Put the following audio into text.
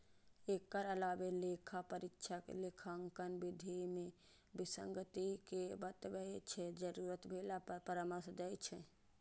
एकर अलावे लेखा परीक्षक लेखांकन विधि मे विसंगति कें बताबै छै, जरूरत भेला पर परामर्श दै छै